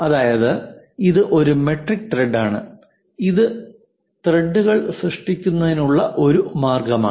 അതായത് ഇത് ഒരു മെട്രിക് ത്രെഡാണ് ഇത് ഈ ത്രെഡുകൾ സൃഷ്ടിക്കുന്നതിനുള്ള ഒരു മാർഗമാണ്